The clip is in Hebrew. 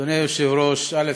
אדוני היושב-ראש, א.